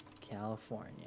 California